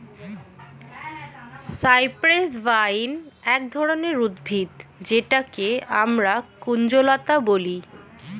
cypress vine এক ধরনের উদ্ভিদ যেটাকে আমরা কুঞ্জলতা বলি